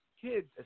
Kids